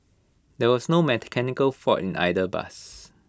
there was no mechanical fault in either bus